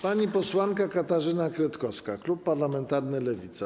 Pani posłanka Katarzyna Kretkowska, klub parlamentarny Lewica.